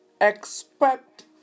Expect